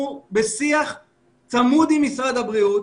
אנחנו מנהלים שיח צמוד עם משרד הבריאות.